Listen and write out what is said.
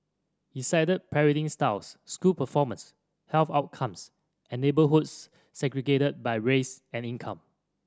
he cited parenting styles school performance health outcomes and neighbourhoods segregated by race and income